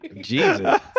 Jesus